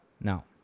Now